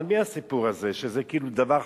על מי הסיפור הזה, שזה כאילו דבר חסוי?